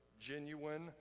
genuine